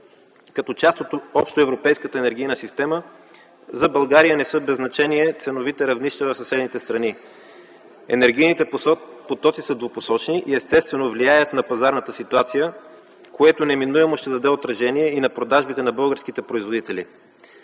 Като част от общоевропейската енергийна система за България не са без значение ценовите равнища в съседните страни. Енергийните потоци са двупосочни и естествено влияят на пазарната ситуация, което неминуемо ще даде отражение и на продажбите на българските производители.